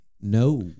No